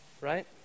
right